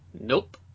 Nope